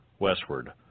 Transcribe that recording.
Westward